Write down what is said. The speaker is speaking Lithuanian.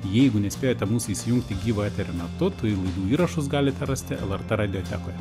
jeigu nespėjote mūsų įsijungti gyvo eterio metu tai laidų įrašus galite rasti lrt radiotekoje